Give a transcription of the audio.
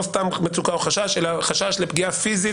לא סתם מצוקה או חשש אלא חשש לפגיעה פיזית